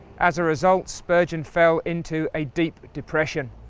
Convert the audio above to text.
as a result spurgeon fell into a deep depression.